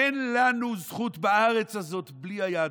אין לנו זכות בארץ הזאת בלי היהדות.